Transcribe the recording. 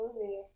movie